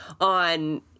on